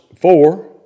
four